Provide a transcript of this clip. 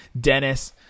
Dennis